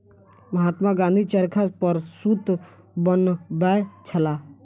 महात्मा गाँधी चरखा पर सूत बनबै छलाह